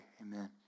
amen